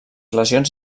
lesions